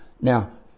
Now